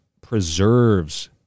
preserves